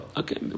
okay